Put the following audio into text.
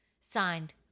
Signed